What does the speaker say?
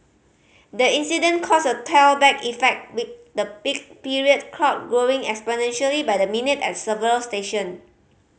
the incident caused a tailback effect with the peak period crowd growing exponentially by the minute at several station